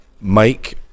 Mike